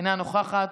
אינה נוכחת,